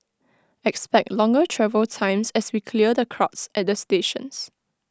expect longer travel times as we clear the crowds at the stations